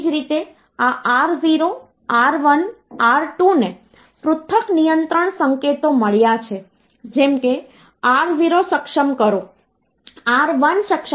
5 માં આપણે 1 ને નોંધપાત્ર સંખ્યા તરીકે લઈશું